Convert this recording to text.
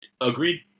Agreed